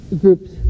groups